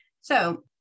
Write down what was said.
So-